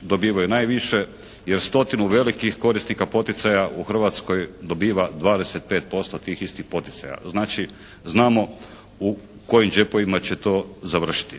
dobivaju najviše jer stotinu velikih korisnika poticaja u Hrvatskoj dobiva 25% tih istih poticaja. Znači znamo u kojim džepovima će to završiti.